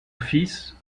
fils